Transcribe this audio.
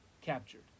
captured